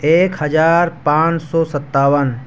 ایک ہزار پانچ سو ستاون